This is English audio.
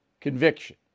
conviction